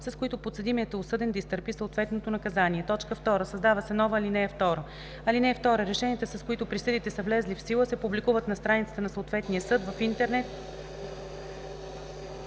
с които подсъдимият е осъден да изтърпи съответно наказание“. 2. Създава се нова ал. 2: „(2) Решенията, с които присъдите са влезли в сила, се публикуват на страницата на съответния съд в интернет,